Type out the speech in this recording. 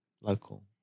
local